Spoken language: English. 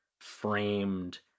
framed